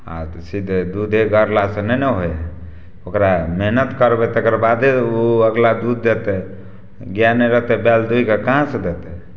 आओर सीधे दुधे गारलासे नहि ने होइ हइ ओकरा मेहनति करबै तकर बादे ओ अगिला दूध देतै गाइ नहि रहतै बैल दुहिकऽ कहाँ से देतै